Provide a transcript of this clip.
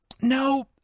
No